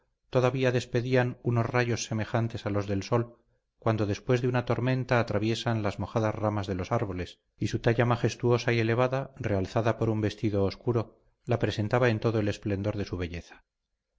todavía despedían unos rayos semejantes a los del sol cuando después de una tormenta atraviesan las mojadas ramas de los árboles y su talla majestuosa y elevada realzada por un vestido oscuro la presentaba en todo el esplendor de su belleza